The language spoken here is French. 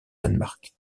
danemark